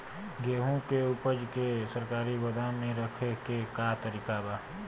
गेहूँ के ऊपज के सरकारी गोदाम मे रखे के का तरीका बा?